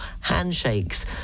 Handshakes